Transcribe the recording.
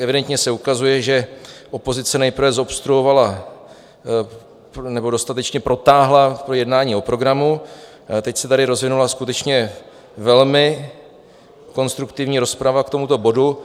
Evidentně se ukazuje, že opozice nejprve zobstruovala nebo dostatečně protáhla jednání o programu, teď se tady rozvinula skutečně velmi konstruktivní rozprava k tomuto bodu.